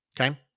okay